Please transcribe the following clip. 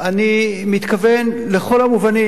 אני מתכוון לכל המובנים,